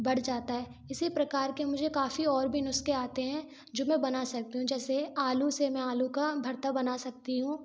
बढ़ जाता है इसी प्रकार के मुझे काफ़ी और भी नुस्खे आते हैं जो मैं बना सकती हूँ जैसे आलू से मैं आलू का भर्ता बना सकती हूँ